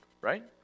right